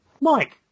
Mike